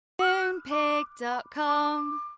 Moonpig.com